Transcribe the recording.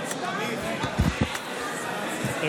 וגם את פנינה תמנו.